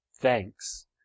thanks